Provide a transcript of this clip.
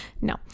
no